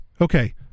okay